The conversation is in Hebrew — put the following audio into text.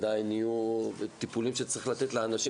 עדיין יהיו טיפולים שצריך לתת לאנשים,